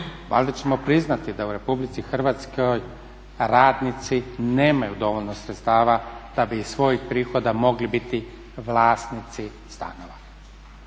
Valjda ćemo priznati da u RH radnici nemaju dovoljno sredstava da bi iz svojih prihoda mogli biti vlasnici stanova.